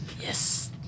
Yes